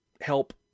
help